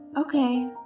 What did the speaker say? Okay